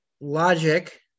logic